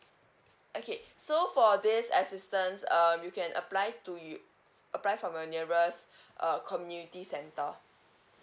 okay so for this assistance um you can apply to apply from the nearest err community centre